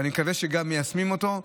ואני מקווה שגם מיישמים אותו,